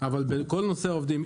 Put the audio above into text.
אבל כל נושא העובדים,